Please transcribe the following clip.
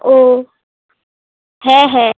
ও হ্যাঁ হ্যাঁ